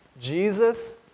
Jesus